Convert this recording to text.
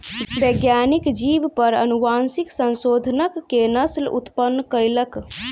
वैज्ञानिक जीव पर अनुवांशिक संशोधन कअ के नस्ल उत्पन्न कयलक